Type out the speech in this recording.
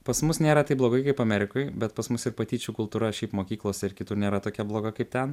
pas mus nėra taip blogai kaip amerikoj bet pas mus ir patyčių kultūra šiaip mokyklose ir kitur nėra tokia bloga kaip ten